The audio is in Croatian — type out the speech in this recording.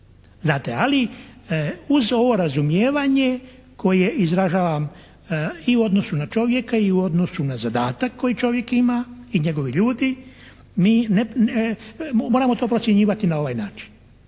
znate ali uz ovo razumijevanje koje izražavam i u odnosu na čovjeka i u odnosu na zadatak koji čovjek ima i njegovi ljudi, mi moramo to procjenjivati na ovaj način.